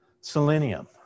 selenium